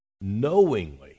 knowingly